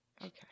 Okay